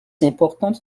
importantes